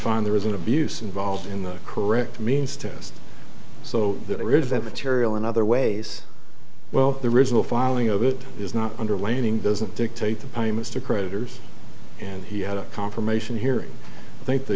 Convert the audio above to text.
find there is an abuse involved in the correct means test so that it is that material in other ways well the original filing of it is not underlining doesn't dictate the payments to creditors and he had a confirmation hearing i think the